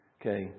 Okay